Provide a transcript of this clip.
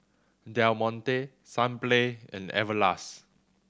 Del Monte Sunplay and Everlast